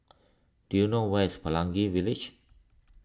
do you know where is Pelangi Village